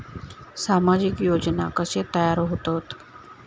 सामाजिक योजना कसे तयार होतत?